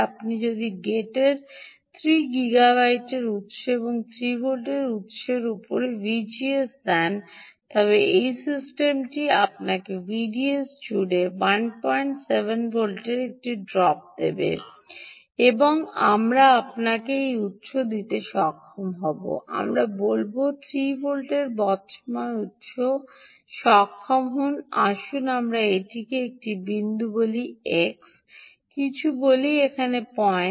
আপনি যদি গেটের 3 গিগাবাইটের উত্স এবং 3 ভোল্টের উত্সের উত্সে কোনও ভিজিএস দেন তবে এই সিস্টেমটি আপনাকে ভিডিএস জুড়ে 17 ভোল্টের একটি ড্রপ দেবে এবং আমরা আপনাকে একটি উত্স দিতে সক্ষম হব আমি করব 3 ভোল্টের বর্তমান উত্স করতে সক্ষম হোন আসুন আমরা এটিকে একটি বিন্দু বলি x বা কিছু বলি এখানে পয়েন্ট